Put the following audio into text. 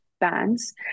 bands